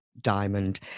diamond